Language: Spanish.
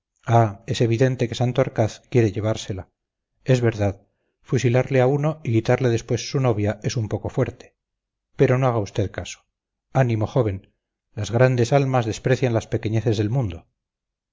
es evidente que santorcaz quiere llevársela es verdad fusilarle a uno y quitarle después su novia es un poco fuerte pero no haga usted caso ánimo joven las grandes almas desprecian las pequeñeces del mundo